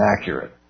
accurate